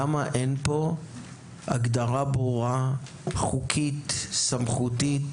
למה אין פה הגדרה ברורה, חוקית, סמכותית